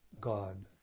God